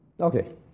Okay